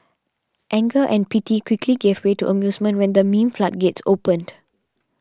anger and pity quickly gave way to amusement when the meme floodgates opened